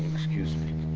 excuse me.